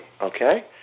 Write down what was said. okay